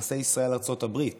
יחסי ישראל-ארצות הברית